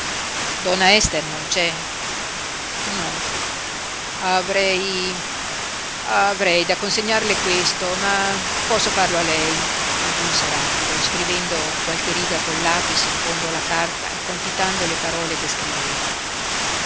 donna ester non c'è no avrei avrei da consegnarle questo ma posso farlo a lei aggiunse rapido scrivendo qualche riga col lapis in fondo alla carta e compitando le parole che scriveva